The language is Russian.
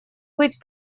быть